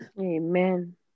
Amen